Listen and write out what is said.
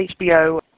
HBO